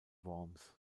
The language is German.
worms